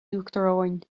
uachtaráin